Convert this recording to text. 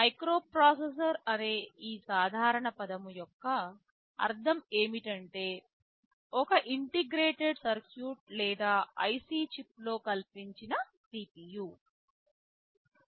microprocessor అనే ఈ సాధారణ పదం యొక్క అర్థం ఏమిటంటే ఒకే ఇంటిగ్రేటెడ్ సర్క్యూట్ లేదా IC చిప్లో కల్పించిన CPU